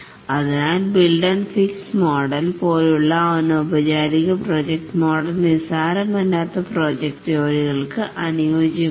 അതിനാൽ build physics model പോലുള്ള അനൌപചാരിക പ്രൊജക്റ്റ് മോഡൽ നിസ്സാരമല്ലാത്ത പ്രോജക്ട് ജോലികൾക്ക് അനുയോജ്യമല്ല